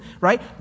right